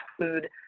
food